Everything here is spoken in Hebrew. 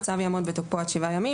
הצו יעמוד בתוקפו עד שבעה ימים.